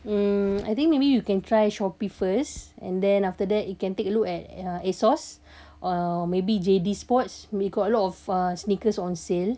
mm I think maybe you can try shopee first and then after that you can take a look at uh ASOS or maybe J_D sports they got a lot of uh sneakers on sale